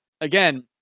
again